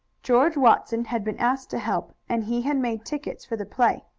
george watson had been asked to help, and he had made tickets for the play.